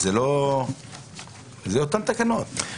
עוברות תהליכים של חדלות פירעון,